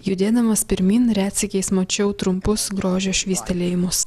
judėdamas pirmyn retsykiais mačiau trumpus grožio švystelėjimus